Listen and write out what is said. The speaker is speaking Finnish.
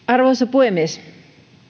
arvoisa puhemies